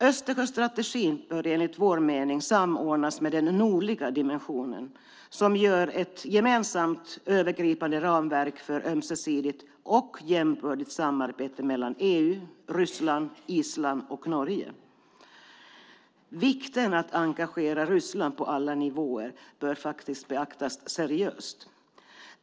Östersjöstrategin bör enligt vår mening samordnas med den nordliga dimensionen, som utgör ett gemensamt övergripande ramverk för ömsesidigt och jämbördigt samarbete mellan EU, Ryssland, Island och Norge. Vikten av att engagera Ryssland på alla nivåer bör beaktas seriöst.